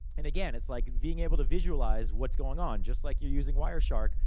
and again, it's like being able to visualize what's going on. just like you're using wireshark,